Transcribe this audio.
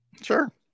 Sure